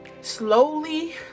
slowly